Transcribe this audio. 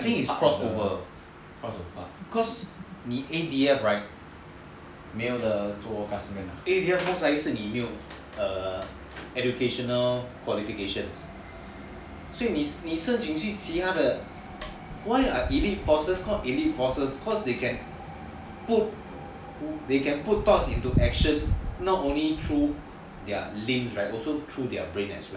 I think is cross over cause the A_D_F most likely 是你没有 educational qualifications so 你甚至去其他的 why are elite forces called elite forces cause they can put thoughts into action not only through their limbs but also through their brain as well